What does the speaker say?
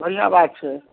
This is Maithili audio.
बढ़िऑं बात छै